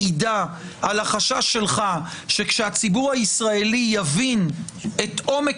מעידה על החשש שלך שכאשר הציבור הישראלי יבין את עומק